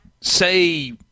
say